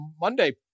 Monday